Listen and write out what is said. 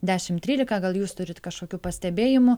dešimt trylika gal jūs turit kažkokių pastebėjimų